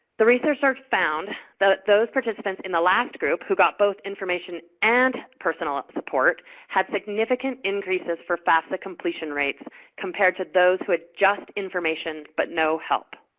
the researchers found that those participants in the last group who got both information and personal support had significant increases for fafsa completion rates compared to those who had just information but no help.